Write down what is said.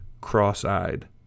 cross-eyed